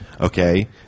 Okay